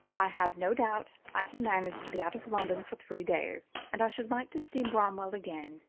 i have no doubt i can manage to be out of london for three days, and i should like to see bramwell again.